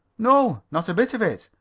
no. not a bit of it.